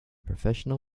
professional